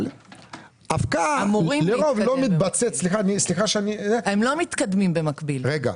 אמורים להתקדם, הם לא מתקדמים במקביל.